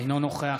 אינו נוכח